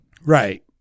Right